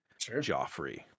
Joffrey